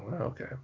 okay